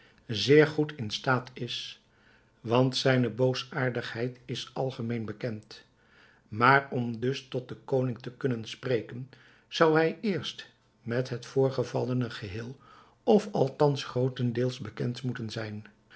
zeer goed in staat is want zijne boosaardigheid is algemeen bekend maar om dus tot den koning te kunnen spreken zou hij eerst met het voorgevallene geheel of althans grootendeels bekend moeten zijn